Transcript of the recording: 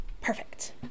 Perfect